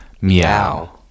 meow